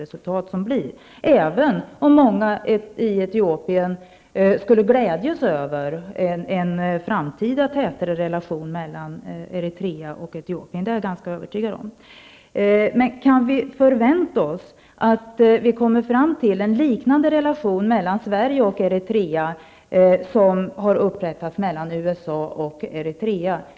Detta gör man även om många i Etiopien skulle glädjas över en framtida tätare relation mellan Eritrea och Kan vi förvänta oss att vi kommer fram till en relation mellan Sverige och Eritrea liknande den som har upprättats mellan USA och Eritrea?